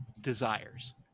desires